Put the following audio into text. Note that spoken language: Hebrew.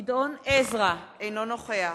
מצביע גדעון עזרא, אינו נוכח